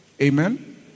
Amen